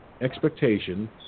expectation